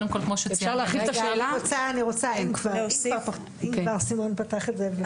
אם כבר סימון פתח את זה.